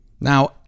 Now